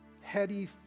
heady